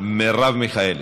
מרב מיכאלי.